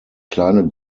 kleine